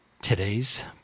today's